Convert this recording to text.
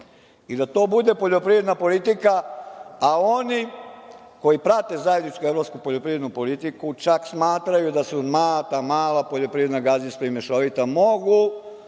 i da to bude poljoprivredna politika, a oni koji prate zajedničku evropsku poljoprivrednu politiku čak smatraju da su ta mala poljoprivredna gazdinstva i mešovita, mogu